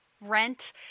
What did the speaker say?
rent